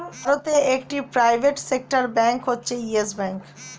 ভারতে একটি private sector bank হচ্ছে ইয়েস ব্যাঙ্ক